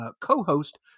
co-host